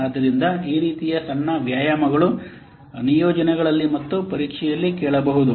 ಆದ್ದರಿಂದ ಈ ರೀತಿಯ ಸಣ್ಣ ವ್ಯಾಯಾಮಗಳನ್ನು ನಿಯೋಜನೆಗಳಲ್ಲಿ ಮತ್ತು ಪರೀಕ್ಷೆಯಲ್ಲಿ ಕೇಳಬಹುದು